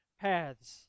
paths